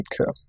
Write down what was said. okay